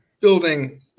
building